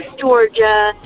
Georgia